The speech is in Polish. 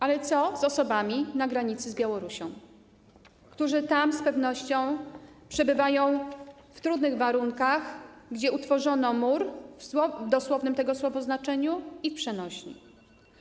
Ale co z osobami na granicy z Białorusią, które z pewnością przebywają tam w trudnych warunkach, tam gdzie utworzono mur w dosłownym tego słowa znaczeniu i w przenośni?